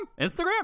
Instagram